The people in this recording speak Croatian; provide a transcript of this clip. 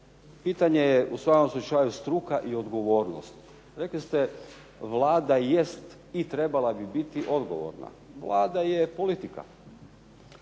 Pitanje je u svakom slučaju struka i odgovornost. Rekli ste: "Vlada jest i trebala bi biti odgovorna". Vlada je politika.